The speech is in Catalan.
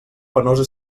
penosa